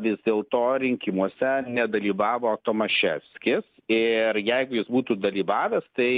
vis dėlto rinkimuose nedalyvavo tomaševskis ir jeigu jis būtų dalyvavęs tai